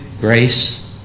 grace